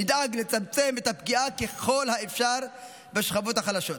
נדאג לצמצם ככל האפשר את הפגיעה בשכבות החלשות,